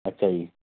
अच्छा जी